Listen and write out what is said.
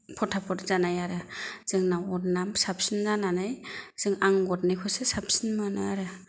फथाफथ जानाय आरो जोंनाव अरना साबसिन जानानै जों आं अरनिखौसो साबसिन मोनो आरो